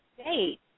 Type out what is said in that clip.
state